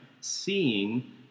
seeing